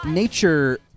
Nature